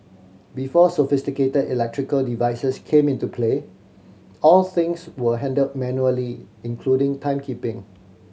before sophisticated electrical devices came into play all things were handled manually including timekeeping